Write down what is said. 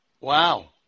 Wow